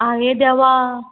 आं हे देवा